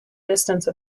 distance